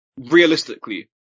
realistically